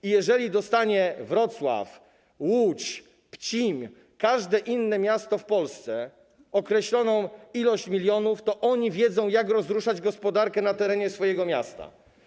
I jeżeli dostaną Wrocław, Łódź, Pcim czy inne miasta w Polsce określoną ilość milionów, to oni wiedzą, jak rozruszać gospodarkę na terenie swojego miasta.